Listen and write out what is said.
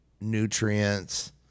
nutrients